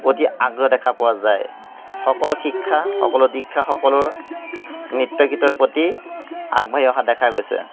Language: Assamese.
অতি আগ্ৰহ দেখা পোৱা যায় সকলো শিক্ষা সকলো দীক্ষা সকলো নৃত্য গীতৰ প্ৰতি আগবাঢ়ি অহা দেখা গৈছে